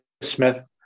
Smith